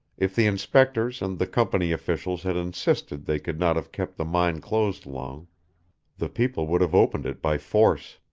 if the inspectors and the company officials had insisted they could not have kept the mine closed long the people would have opened it by force